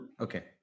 Okay